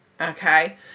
okay